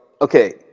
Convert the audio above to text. okay